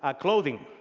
ah clothing.